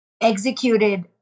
executed